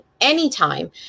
anytime